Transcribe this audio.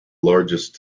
largest